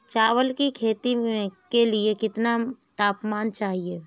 चावल की खेती के लिए कितना तापमान चाहिए?